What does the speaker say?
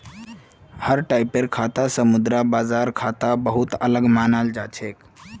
हर टाइपेर खाता स मुद्रा बाजार खाता बहु त अलग मानाल जा छेक